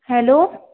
hello